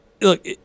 look